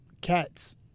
cats